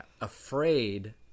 Afraid